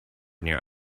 near